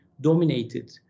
dominated